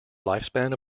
lifespan